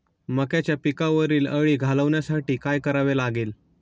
मक्याच्या पिकावरील अळी घालवण्यासाठी काय करावे लागेल?